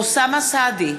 אוסאמה סעדי,